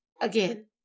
Again